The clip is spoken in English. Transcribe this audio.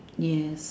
yes